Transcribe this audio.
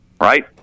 Right